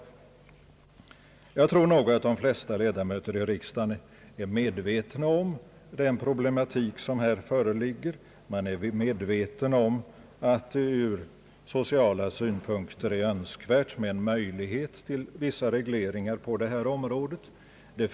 Jag tror att de flesta ledamöter i riksdagen är medvetna om den problematik som här föreligger. Man har klart för sig att en möjlighet till vissa regleringar på detta område är önskvärd ur sociala synpunkter.